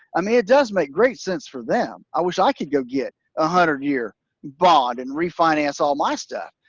i mean it does make great sense for them i wish i could go get a hundred year bond and refinance all my stuff.